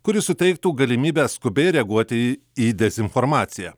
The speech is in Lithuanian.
kuri suteiktų galimybę skubiai reaguoti į dezinformaciją